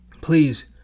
please